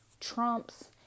Trump's